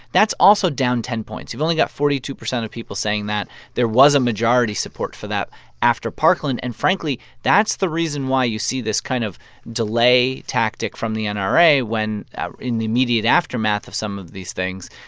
that's also down ten points. you've only got forty two percent of people saying that. there was a majority support for that after parkland. and frankly, that's the reason why you see this kind of delay tactic from the and nra when in the immediate aftermath of some of these things,